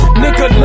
nigga